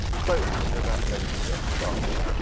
so i think we're about ready to get started.